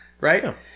right